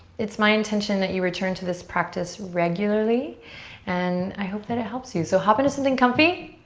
it's my intention that you return to this practice regularly and i hope that it helps you. so hop into something comfy,